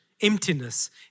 Emptiness